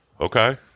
Okay